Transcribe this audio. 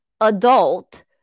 adult